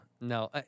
No